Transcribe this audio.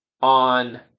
on